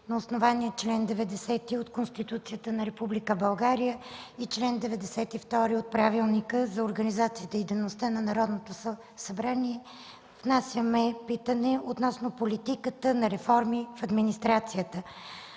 На основание чл. 90 от Конституцията на Република България и чл. 92 от Правилника за организацията и дейността на Народното събрание внасяме питане относно политиката на реформи в администрацията.